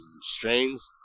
strains